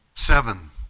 seven